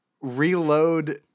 reload